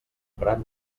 prat